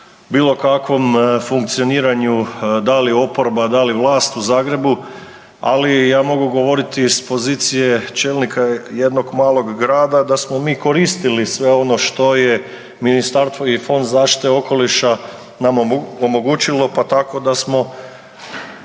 bilo kakvom funkcioniranju, ali oporba, da li vlast u Zagrebu, ali ja mogu govoriti s pozicije čelnika jednog malog grada da smo mi koristili sve ono što je Ministarstvo i Fond zaštite okoliša nam omogućilo pa tako da smo